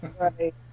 Right